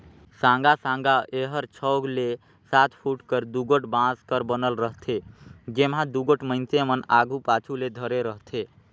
साँगा साँगा एहर छव ले सात फुट कर दुगोट बांस कर बनल रहथे, जेम्हा दुगोट मइनसे मन आघु पाछू ले धरे रहथे